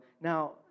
Now